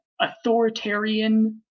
authoritarian